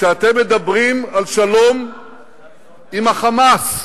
כשאתם מדברים על שלום עם ה"חמאס"?